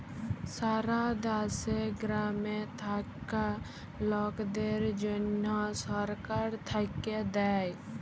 সারা দ্যাশে গ্রামে থাক্যা লকদের জনহ সরকার থাক্যে দেয়